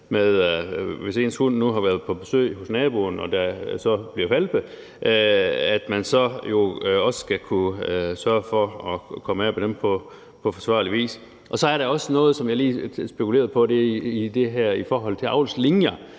hvis ens hund nu har været på besøg hos naboen og der så kommer hvalpe ud af det – altså at man jo så også vil skulle sørge for at komme af med dem på forsvarlig vis. Og så er der også noget, som jeg lige spekulerede på, og det er i forhold til avlslinjer,